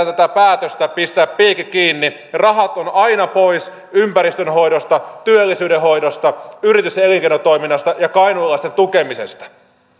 tätä päätöstä pistää piikit kiinni ne rahat ovat pois ympäristönhoidosta työllisyydenhoidosta yritys ja elinkeinotoiminnasta ja kainuulaisten tukemisesta